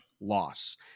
loss